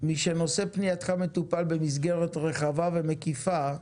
משנושא פנייתך מטופל במסגרת רחבה ומקיפה,